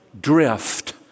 drift